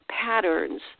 patterns